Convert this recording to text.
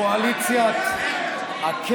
קואליציה בוחרים, אופוזיציה לא בוחרים.